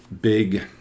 big